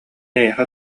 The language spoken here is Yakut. эйиэхэ